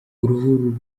uruhu